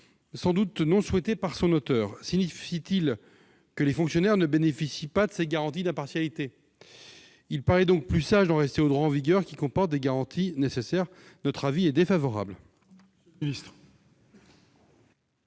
sans doute non souhaité par ses auteurs. Ces dispositions signifient-elles que les fonctionnaires ne bénéficient pas de ces garanties d'impartialité ? Il paraît donc plus sage d'en rester au droit en vigueur, qui apporte les garanties nécessaires. L'avis de la commission est défavorable.